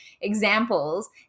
examples